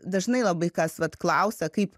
dažnai labai kas vat klausia kaip